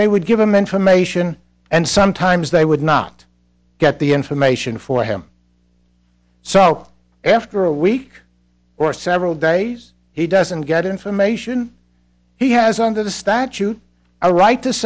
they would give them information and sometimes they would not get the information for him so after a week or several days he doesn't get information he has under the statute i write to